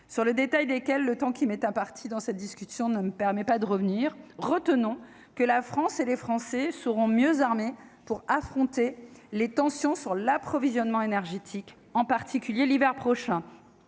sur le détail desquelles le temps qui m'est imparti dans cette discussion ne me permet pas de revenir. Retenons que la France et les Français seront mieux armés pour affronter les tensions s'agissant de l'approvisionnement énergétique, en particulier l'hiver prochain.